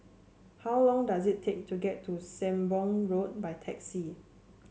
how long does it take to get to Sembong Road by taxi